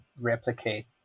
replicate